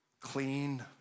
clean